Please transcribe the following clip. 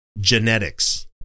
genetics